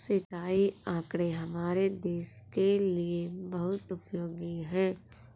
सिंचाई आंकड़े हमारे देश के लिए बहुत उपयोगी है